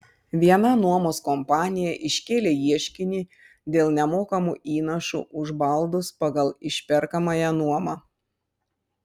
viena nuomos kompanija iškėlė ieškinį dėl nemokamų įnašų už baldus pagal išperkamąją nuomą